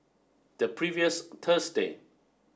the previous Thursday